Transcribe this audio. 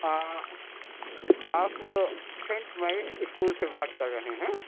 آپ saint Maurice school سے بات کر رہے ہیں